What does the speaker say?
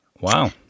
Wow